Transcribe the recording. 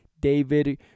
david